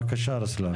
בבקשה רוסלאן.